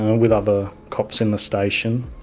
with other cops in the station,